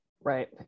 Right